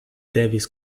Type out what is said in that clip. devis